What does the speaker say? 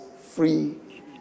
free